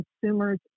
consumers